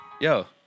yo